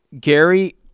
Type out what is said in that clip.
Gary